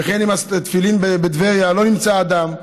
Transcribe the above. וכן עם התפילין בטבריה, לא נמצא האדם.